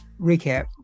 Recap